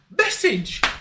Message